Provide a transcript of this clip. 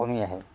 কমি আহে